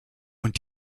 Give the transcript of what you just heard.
und